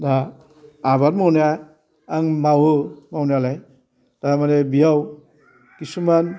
दा आबाद मावनाया आं मावो मावनायालाय थारमाने बेयाव खिसुमान